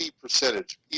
percentage